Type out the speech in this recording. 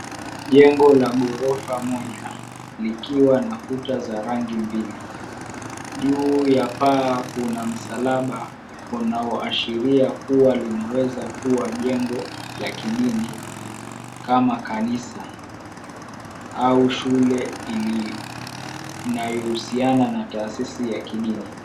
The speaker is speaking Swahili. Jengo la ghorofa moja likiwa na kuta za rangi mbili, juu ya paa kuna msalaba unaoashiria kuwa linaweza kuwa jengo ka kidini kama kanisa au shule inayohusiana na taasisi ya kidini.